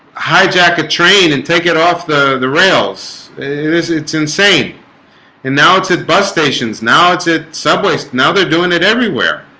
hijack a train and take it off the the rails it's it's insane and now it's at bus stations now. it's at subways now. they're doing it everywhere.